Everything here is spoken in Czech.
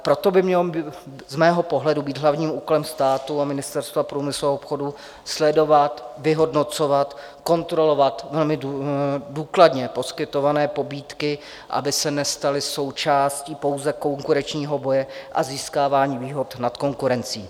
Proto by mělo z mého pohledu být hlavním úkolem státu a Ministerstva průmyslu a obchodu sledovat, vyhodnocovat, kontrolovat, velmi důkladně poskytované pobídky, aby se nestaly součástí pouze konkurenčního boje a získávání výhod nad konkurencí.